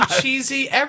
cheesy